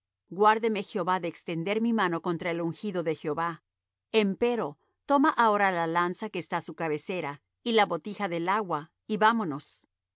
guardeme jehová de extender mi mano contra el ungido de jehová empero toma ahora la lanza que está á su cabecera y la botija del agua y vámonos